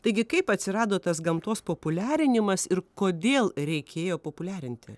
taigi kaip atsirado tas gamtos populiarinimas ir kodėl reikėjo populiarinti